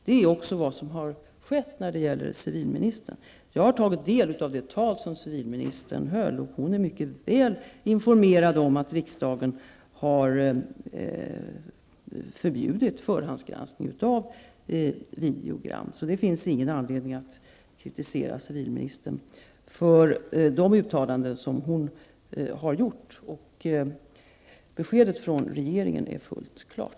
Det är också vad som har skett när det gäller civilministern. Jag har tagit del av det tal som civilministern höll. Hon är mycket väl informerad om att riksdagen har förbjudit förhandsgranskning av videogram. Det finns ingen anledning att kritisera civilministern för de uttalanden som hon har gjort. Beskedet från regeringen är fullt klart.